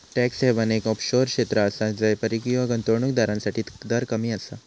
tax haven एक offshore क्षेत्र आसा जय परकीय गुंतवणूक दारांसाठी दर कमी आसा